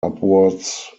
upwards